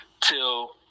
till